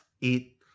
eat